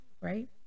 right